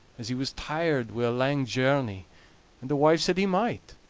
as he was tired wi' a lang journey and the wife said he might,